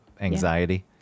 anxiety